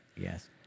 Yes